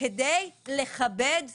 כדי לכבד נשים,